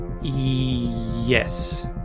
Yes